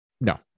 No